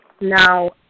Now